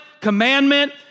commandment